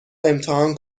امتحان